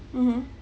mmhmm